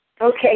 Okay